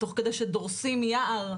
תוך כדי שדורסים יער.